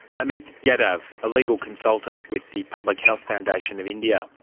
amit yadav, a legal consultant with the public health foundation of india.